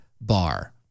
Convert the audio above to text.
bar